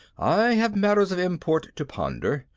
i have matters of import to ponder.